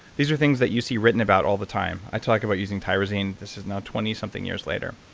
these are things that you see written about all the time. i talked about using pyrozine. this is now twenty something years later.